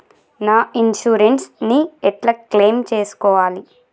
నా ఇన్సూరెన్స్ ని ఎట్ల క్లెయిమ్ చేస్కోవాలి?